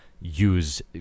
use